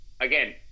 again